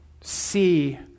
see